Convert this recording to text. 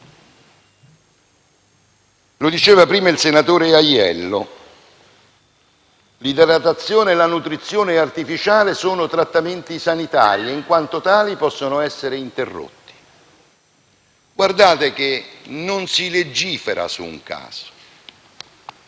Lo diceva primo il senatore Aiello: l'idratazione e la nutrizione artificiale sono trattamenti sanitari e, in quanto tali, possono essere interrotti. Guardate, però, che non si legifera su un caso.